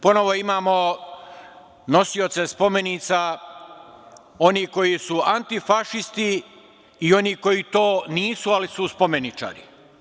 Ponovo imamo nosioce spomenica onih koji su antifašisti i onih koji to nisu, ali su spomeničari.